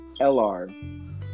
LR